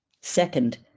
Second